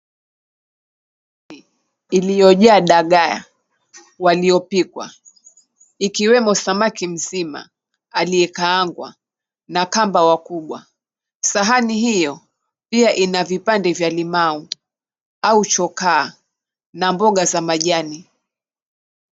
Sahani ilijoyaa dagaa, waliopikwa, ikiwemo samaki mzima aliyekaangwa na kamba wakubwa. Sahani hiyo pia ina vipande vya limau au chokaa na mboga za majani.